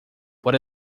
por